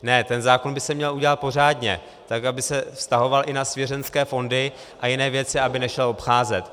Ne, ten zákon by se měl udělat pořádně, tak aby se vztahoval i na svěřenecké fondy a jiné věci a aby nešel obcházet.